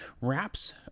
wraps